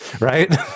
right